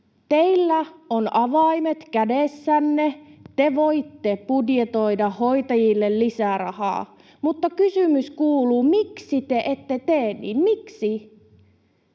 teillä on avaimet kädessänne, te voitte budjetoida hoitajille lisää rahaa. Mutta kysymys kuuluu: Miksi te ette tee niin? Miksi?